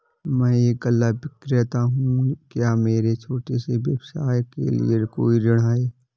मैं एक गल्ला विक्रेता हूँ क्या मेरे छोटे से व्यवसाय के लिए कोई ऋण है?